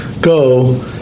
go